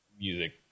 Music